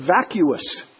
vacuous